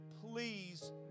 please